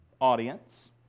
audience